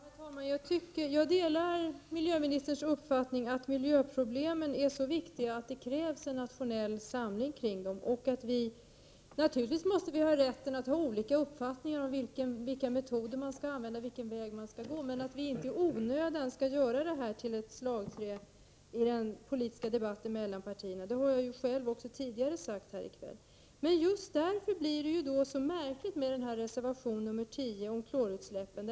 Herr talman! Jag delar miljöministerns uppfattning att miljöproblemen är så viktiga att det krävs nationell samling kring dem. Naturligtvis måste vi ha rätt till olika uppfattningar om metoder och vägar att gå, men vi bör inte i onödan göra detta till ett slagträ i den politiska debatten mellan partierna. Det har jag själv sagt tidigare här i kväll. Just därför blir det så märkligt med reservation 10 om klorutsläppen.